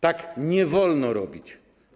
Tak nie wolno robić.